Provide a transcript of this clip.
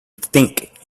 think